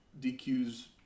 DQs